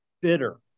bitter